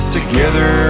Together